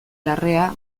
larrea